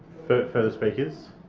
further speakers?